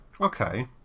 okay